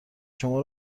شما